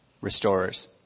restorers